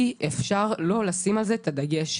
אי אפשר לא לשים על זה את הדגש.